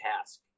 task